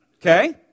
Okay